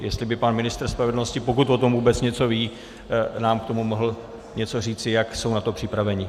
Jestli by pan ministr spravedlnosti, pokud o tom vůbec něco ví, nám k tomu mohl něco říci, jak jsou na to připraveni.